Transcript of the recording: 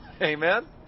Amen